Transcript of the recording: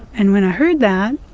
and when i heard that